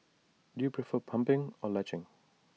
do you prefer pumping or latching